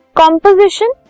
composition